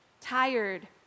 tired